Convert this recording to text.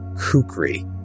Kukri